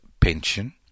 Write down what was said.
pension